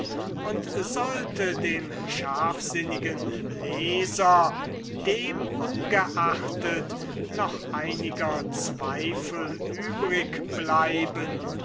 und sollte dem scharfsinnigen leser dem ungeachtet noch einiger zweifel übrig bleiben